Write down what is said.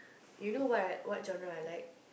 you know what what genre I like